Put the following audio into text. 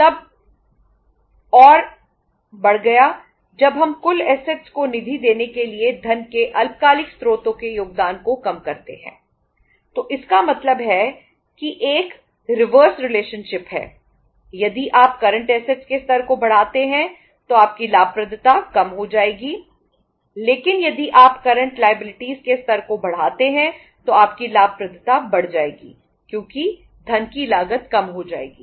यह तब और बढ़ गया जब हम कुल असेट्स के स्तर को बढ़ाते हैं तो आपकी लाभप्रदता बढ़ जाएगी क्योंकि धन की लागत कम हो जाएगी